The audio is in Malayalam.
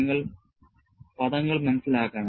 നിങ്ങൾ പദങ്ങൾ മനസ്സിലാക്കണം